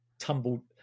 tumbled